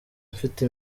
mfite